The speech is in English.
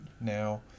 now